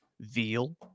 veal